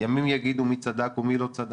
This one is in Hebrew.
ימים יגידו מי צדק ומי לא צדק.